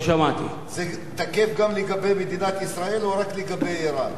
זה תקף גם לגבי מדינת ישראל או רק לגבי אירן?